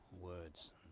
words